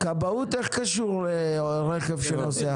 איך כבאות קשור לרכב שנוסע?